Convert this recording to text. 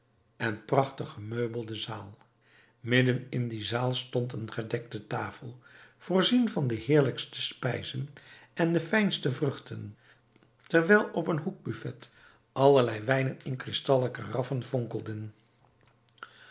en prachtig gemeubelde zaal midden in die zaal stond eene gedekte tafel voorzien van de heerlijkste spijzen en fijnste vruchten terwijl op een hoekbuffet allerlei wijnen in kristallen karaffen fonkelden